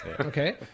Okay